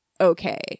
okay